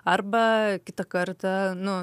arba kitą kartą nu